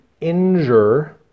injure